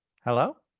hello?